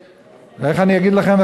איך אני אגיד לכם,